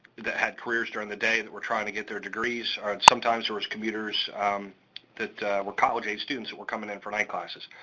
that had careers during the day that were trying to get their degrees, or sometimes there was commuters that were college-age students that were coming in for night classes.